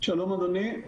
שלום אדוני.